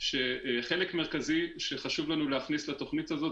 שחלק מרכזי שחשוב לנו להכניס לתוכנית הזאת,